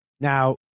Now